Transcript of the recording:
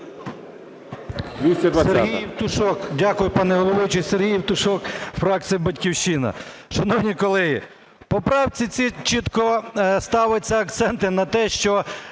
Дякую, пане головуючий. Сергій Євтушок, фракція "Батьківщина". Шановні колеги, в поправці цій чітко ставляться акценти на те, що